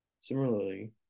Similarly